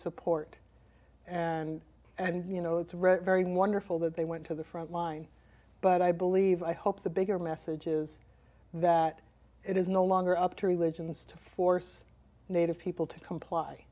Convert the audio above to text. support and and you know it's right very wonderful that they went to the front line but i believe i hope the bigger message is that it is no longer up to religions to force native people to comply